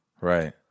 Right